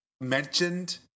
mentioned